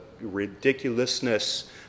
ridiculousness